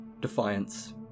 Defiance